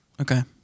Okay